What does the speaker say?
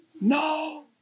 no